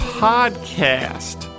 podcast